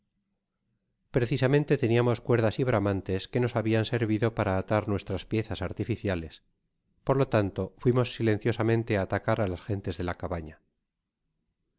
precisamente teniamos cuerdas y bramantes que nos habian servido para atar nuestras piezas artificiales por lo tanto fuimos silenciosamente á atacar á las gentes de la cabaña